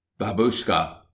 Babushka